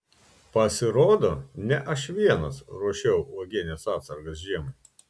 pasirodo ne aš vienas ruošiau uogienės atsargas žiemai